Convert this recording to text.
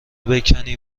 بکنی